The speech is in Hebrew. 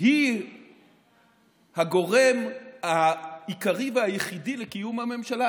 היא הגורם העיקרי והיחידי לקיום הממשלה,